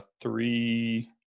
three